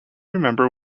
remember